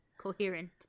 coherent